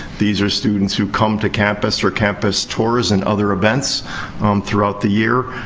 these are students who come to campus for campus tours and other events throughout the year.